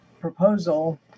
proposal